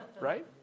Right